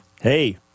Hey